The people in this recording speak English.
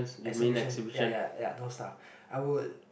exhibitions yeah yeah yeah those stuff I would